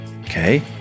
Okay